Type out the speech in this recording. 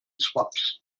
swaps